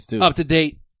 up-to-date